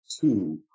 two